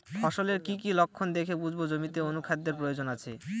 ফসলের কি কি লক্ষণ দেখে বুঝব জমিতে অনুখাদ্যের প্রয়োজন আছে?